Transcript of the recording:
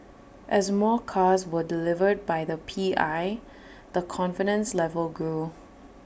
as more cars were delivered by the P I the confidence level grew